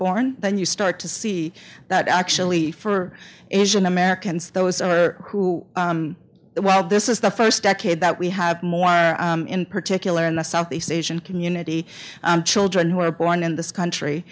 born then you start to see that actually for asian americans those who well this is the first decade that we have more in particular in the southeast asian community children who were born in this country